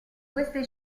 queste